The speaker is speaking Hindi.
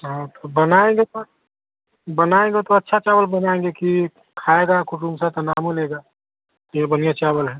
साठ का बनाएँगे तो बनाएँगे तो अच्छा चावल बनाएँगे कि खाएगा कुसुम से तो नाम लेगा कि बढ़िया चावल है